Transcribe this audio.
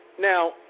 now